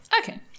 Okay